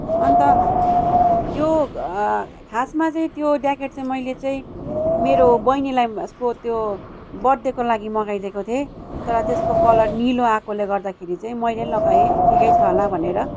अन्त त्यो खासमा चाहिँ त्यो ज्याकेट चाहिँ मैले चाहिँ मेरो बहिनीलाई उसको त्यो बर्थडेको लागि मगाइ दिएको थिएँ र त्यसको कलर निलो आएकोले गर्दाखेरि चाहिँ मैले लगाए ठिकै छ होला भनेर